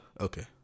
Okay